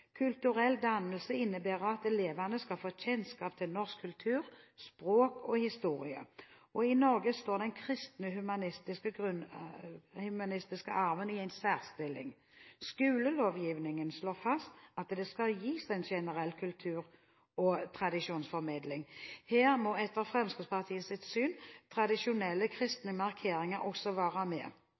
Kulturell dannelse innebærer at elevene skal få kjennskap til norsk kultur, språk og historie, og i Norge står den kristne og humanistiske arven i en særstilling. Skolelovgivningen slår fast at det skal gis en generell kultur- og tradisjonsformidling. Her må – etter Fremskrittspartiets syn – tradisjonelle, kristne markeringer også være med.